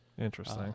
Interesting